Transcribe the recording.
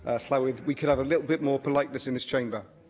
ah llywydd, we could have a little bit more politeness in this chamber.